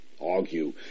argue